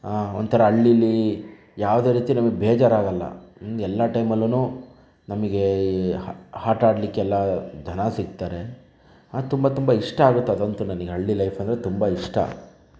ಒಂಥರ ಹಳ್ಳಿಯಲ್ಲಿ ಯಾವುದೇ ರೀತಿ ನಮಗೆ ಬೇಜಾರಾಗಲ್ಲ ಎಲ್ಲ ಟೈಮಲ್ಲೂನು ನಮಗೆ ಈ ಆಟ ಆಡಲಿಕ್ಕೆಲ್ಲ ಜನ ಸಿಗ್ತಾರೆ ತುಂಬ ತುಂಬ ಇಷ್ಟ ಆಗತ್ತೆ ಅದಂತೂ ನನಗೆ ಹಳ್ಳಿ ಲೈಫ್ ಅಂದರೆ ತುಂಬ ಇಷ್ಟ